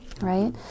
right